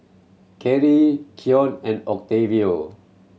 Carry Coen and Octavio